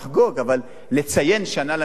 אבל לציין שנה למחאה,